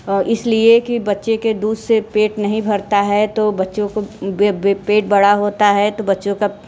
और इसलिए कि बच्चों के दूध से पेट नहीं भरता है तो बच्चों को पेट बड़ा होता है तो बच्चों का खाना पीना भी ज़्यादा होना चाहिए तो बच्चे का